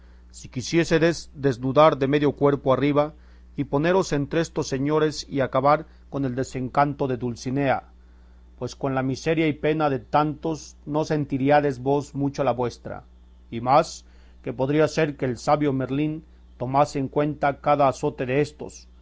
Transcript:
si quisiésedes desnudar de medio cuerpo arriba y poneros entre estos señores y acabar con el desencanto de dulcinea pues con la miseria y pena de tantos no sentiríades vos mucho la vuestra y más que podría ser que el sabio merlín tomase en cuenta cada azote déstos